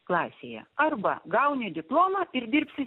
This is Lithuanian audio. klasėje arba gauni diplomą ir dirbsi